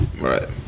Right